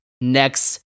next